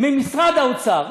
ממשרד האוצר,